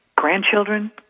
grandchildren